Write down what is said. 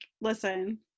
listen